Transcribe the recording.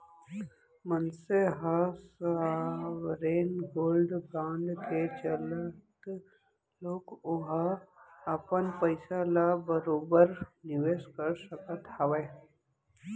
मनसे ह sovereign gold bond के चलत घलोक ओहा अपन पइसा ल बरोबर निवेस कर सकत हावय